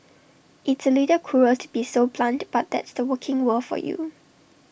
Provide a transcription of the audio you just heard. it's A little cruel to be so blunt but that's the working world for you